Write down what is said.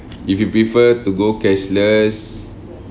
if you prefer to go cashless